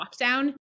lockdown